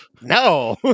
no